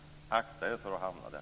Akta er för att hamna där!